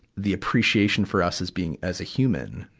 the appreciation for us is being, as a human,